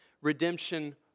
redemption